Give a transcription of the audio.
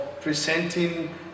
presenting